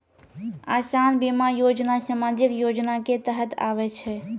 असान बीमा योजना समाजिक योजना के तहत आवै छै